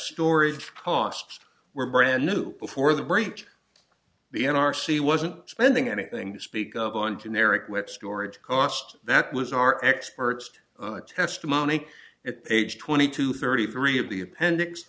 storage costs were brand new before the break the n r c wasn't spending anything to speak of on generic which storage cost that was our experts testimony at page twenty two thirty three of the appendix